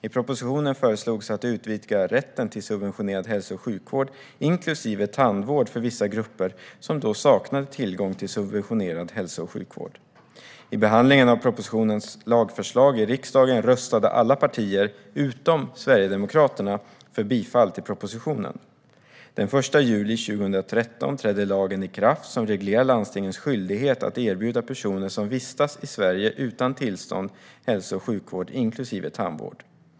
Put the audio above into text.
I propositionen föreslogs att utvidga rätten till subventionerad hälso och sjukvård inklusive tandvård för vissa grupper som då saknade tillgång till subventionerad hälso och sjukvård. I behandlingen av propositionens lagförslag i riksdagen röstade alla partier, utom Sverigedemokraterna, för bifall till propositionen. Den 1 juli 2013 trädde den lag i kraft som reglerar landstingens skyldighet att erbjuda personer som vistas i Sverige utan tillstånd hälso och sjukvård inklusive tandvård.